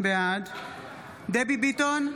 בעד דבי ביטון,